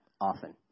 often